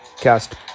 cast